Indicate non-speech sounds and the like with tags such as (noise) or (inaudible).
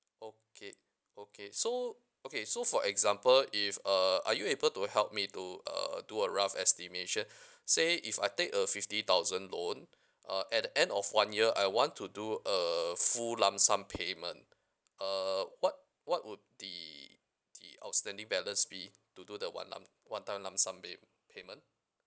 okay okay so okay so for example if uh are you able to help me to uh do a rough estimation (breath) say if I take a fifty thousand loan uh at the end of one year I want to do err full lump sum payment uh what what would the the outstanding balance be to do the one lump one time lump sum bay~ payment